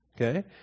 Okay